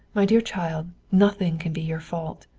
my dear child, nothing can be your fault.